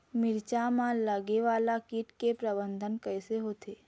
मिरचा मा लगे वाला कीट के प्रबंधन कइसे होथे?